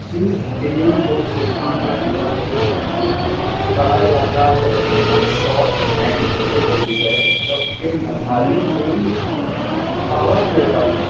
جس ٹیم کو جرمانہ دیا گیا ہے کہا جاتا ہے کہ وہ شارٹ ہینڈ کھیل رہی ہے جبکہ مخالف ٹیم پاور پلے پر ہے